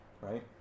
right